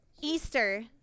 Easter